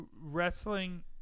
wrestling